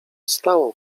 stało